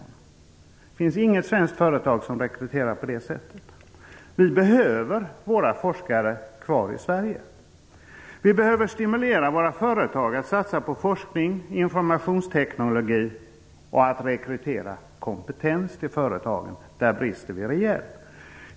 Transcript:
Det finns inget svenskt företag som rekryterar på det sättet. Vi behöver behålla våra forskare kvar i Sverige. Vi behöver stimulera våra företag att satsa på forskning, informationsteknologi och att rekrytera kompetens till företagen. Där brister vi rejält.